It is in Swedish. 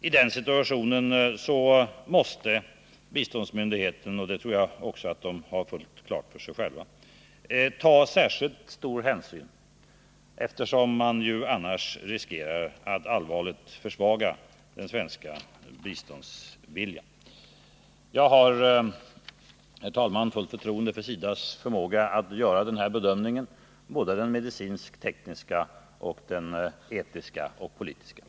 I den situationen måste biståndsmyndigheten — och det tror jag också att den själv har fullt klart för sig — ta särskilt stor hänsyn, eftersom man ju annars riskerar att allvarligt försvaga den svenska biståndsviljan. Jag har, herr talman, fullt förtroende för SIDA:s förmåga att göra denna bedömning — såväl medicinskt-tekniskt som etiskt och politiskt.